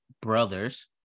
brothers